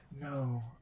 No